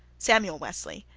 samuel wesley,